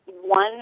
one